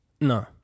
No